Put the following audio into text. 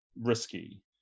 risky